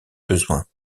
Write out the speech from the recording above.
besoins